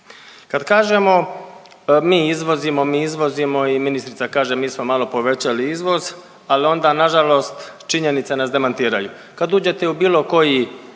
Kad kažemo mi izvozimo, mi izvozimo i ministrica kaže mi smo malo povećali izvoz al onda na žalost činjenice nas demantiraju. Kad uđete u bilo koji